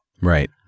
Right